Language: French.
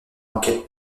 enquête